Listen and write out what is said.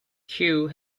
cue